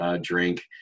drink